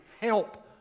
help